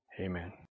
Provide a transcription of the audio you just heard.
amen